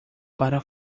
para